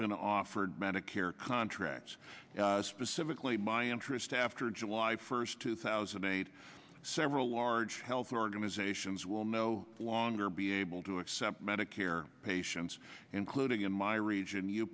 been offered medicare contracts specifically my interest after july first two thousand and eight several large health organizations will no longer be able to accept medicare patients including in my region u